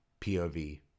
POV